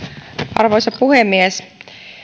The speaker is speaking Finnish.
arvoisa puhemies